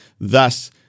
thus